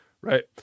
right